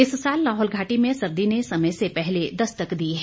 इस साल लाहौल घाटी में सर्दी ने समय से पहले दस्तक दी है